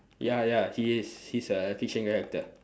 ya ya he is he's a fiction character